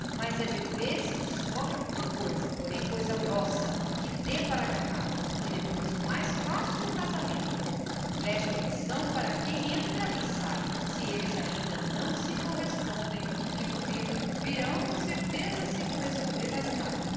mas é de ver se descobre alguma coisa porém coisa grossa que dê para agarrar porque depois o mais fácil é o seu casamento olhe preste atenção para quem entra e para quem sai se eles ainda não se correspondem o que duvido virão a corresponder se mais tarde